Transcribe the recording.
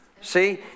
See